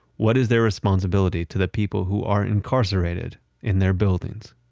what is their responsibility to the people who are incarcerated in their buildings?